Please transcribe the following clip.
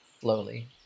Slowly